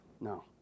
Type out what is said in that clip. No